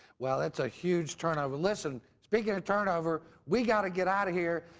well, it's a huge turnover. listen, speaking of turn over, we've got to get out of here,